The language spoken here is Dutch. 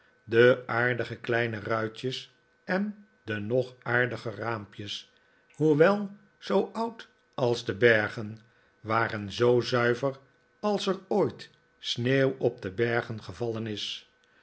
de aardige kleine ruitjes en de nog aardiger raampjes hoewel zoo oud als de bergen waren zoo zuiver als er ooit sneeuw op de bergen gevallen is